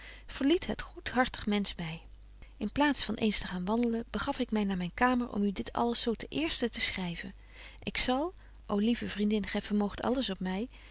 verliet het goedhartig mensch my in plaats van eens te gaan wandelen begaf ik my naar myn kamer om u dit alles zo ten eersten te schryven ik zal ô lieve vriendin gy vermoogt alles op my